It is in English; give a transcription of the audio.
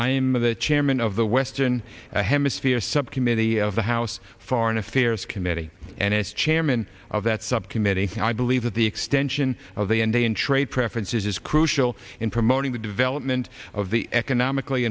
am the chairman of the western hemisphere subcommittee of the house foreign affairs committee and as chairman of that subcommittee and i believe that the extension of the indian trade preferences is crucial in promoting the development of the economically